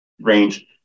range